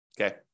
Okay